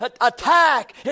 attack